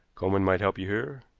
coleman might help you here.